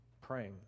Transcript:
praying